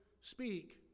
speak